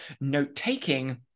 Note-taking